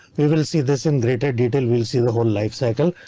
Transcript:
we will will see this in greater detail, will see the whole life cycle.